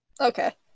Okay